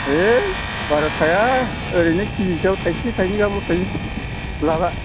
है बारा थाया ओरैनो खेजिसेयाव थाइसे थायनै गाहामल' थायो माब्लाबा